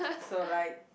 so like